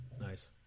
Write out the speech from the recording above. Nice